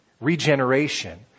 Regeneration